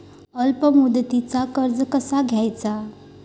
अल्प मुदतीचा कर्ज कसा घ्यायचा?